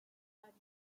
are